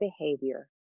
behavior